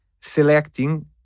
selecting